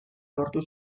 lortu